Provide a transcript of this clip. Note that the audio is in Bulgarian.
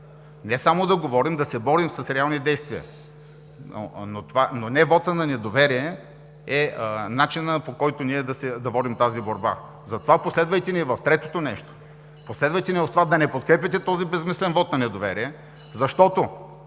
Не само да говорим, да се борим с реални действия. Но не вотът на недоверие е начинът, по който ние да водим тази борба. Затова последвайте ни и в третото нещо, последвайте ни в това да не подкрепяте този безсмислен вот на недоверие, защото